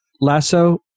lasso